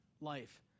life